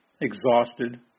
exhausted